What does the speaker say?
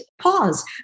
pause